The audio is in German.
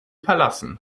verlassen